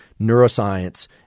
neuroscience